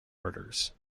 murders